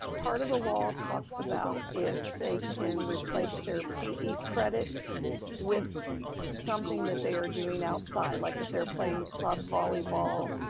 part of the law talks about if they can replace their pe credit with something that they are doing outside, like if they're playing club volleyball,